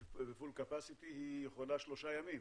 ב-full capacity היא יכולה שלושה ימים.